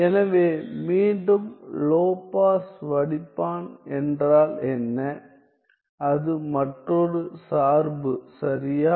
எனவே மீண்டும் low pass வடிப்பான் என்றால் என்ன அது மற்றொரு சார்பு சரியா